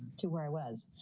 to where i was.